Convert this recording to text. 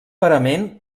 parament